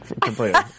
completely